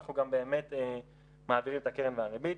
אנחנו גם באמת מעבירים את הקרן והריבית.